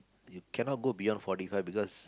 you cannot go beyond forty five because